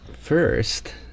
first